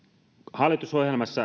hallitusohjelmassa